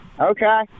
Okay